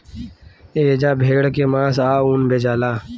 एजा भेड़ के मांस आ ऊन बेचाला